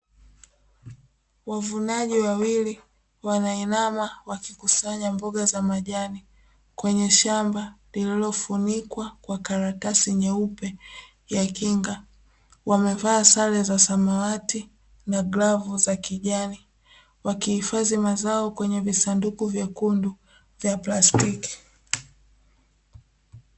Wavunaji wawili wanainama wakikusanya mboga za majani kwenye shamba lililofunikwa kwa karatasi nyeupe ya kinga, wamevaa sale za samawati na glavu za kijani wakihifadhi mazao kwenye visanduku vyekundu vya plastiki.